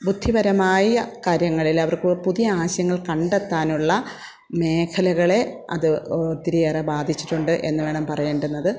ബുദ്ധിപരമായി കാര്യങ്ങളിൽ അവർക്ക് പുതിയ ആശയങ്ങൾ കണ്ടെത്താനുള്ള മേഖലകളെ അത് ഒത്തിരി ഏറെ ബാധിച്ചിട്ടുണ്ട് എന്ന് വേണം പറയേണ്ടുന്നത്